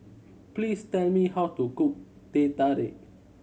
please tell me how to cook Teh Tarik